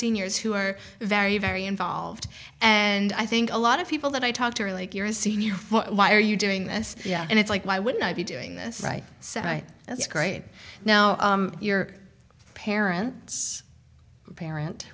seniors who are very very involved and i think a lot of people that i talk to are like you're a senior why are you doing this yeah and it's like why wouldn't i be doing this right so i think that's great now your parents parent